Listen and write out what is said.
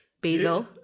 Basil